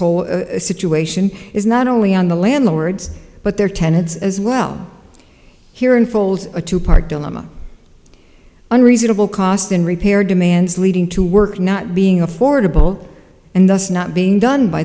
whole situation is not only on the landlords but their tenants as well here unfolds a two part dilemma on reasonable cost in repair demands leading to work not being affordable and thus not being done by